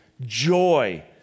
Joy